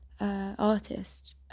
artist